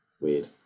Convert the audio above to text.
weird